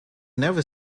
never